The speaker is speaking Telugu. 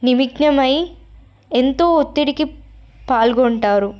నిమిజ్ఞమై ఎంతో ఒత్తిడికి పాల్గొంటారు